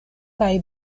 kaj